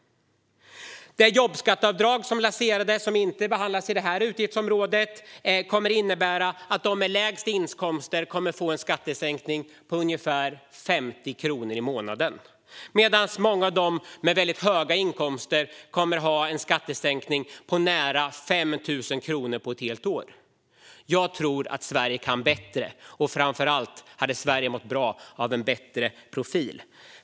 Det jobbskatteavdrag som lanserades, men som inte behandlas inom det här utgiftsområdet, kommer att innebära att de med lägst inkomster kommer att få en skattesänkning på ungefär 50 kronor i månaden. Samtidigt kommer många av dem som har väldigt höga inkomster att få en skattesänkning på nära 5 000 kronor på ett helt år. Jag tror att Sverige kan bättre. Framför allt hade Sverige mått bra av en bättre profil.